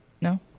No